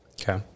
Okay